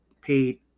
paid